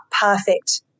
perfect